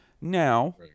Now